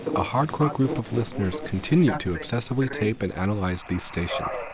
a hardcore group of listeners continued to obsessively tape and analyze these stations.